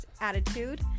attitude